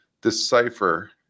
decipher